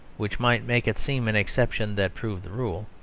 which might make it seem an exception that proved the rule.